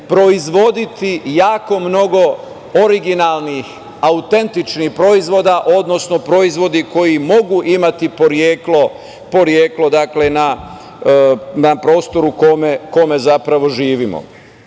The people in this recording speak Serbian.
proizvoditi jako mnogo originalnih, autentičnih proizvoda, odnosno proizvodi koji mogu imati poreklo na prostoru na kome zapravo živimo.